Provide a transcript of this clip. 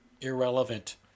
irrelevant